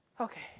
Okay